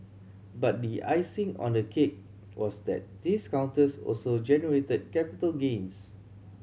but the icing on the cake was that these counters also generated capital gains